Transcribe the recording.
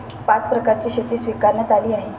पाच प्रकारची शेती स्वीकारण्यात आली आहे